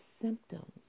symptoms